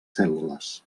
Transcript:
cèl·lules